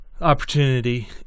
opportunity